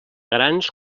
grans